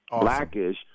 Blackish